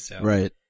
Right